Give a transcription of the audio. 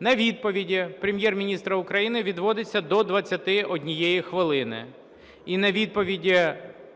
на відповіді Прем'єр-міністра України відводиться до 21 хвилини